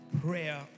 Prayer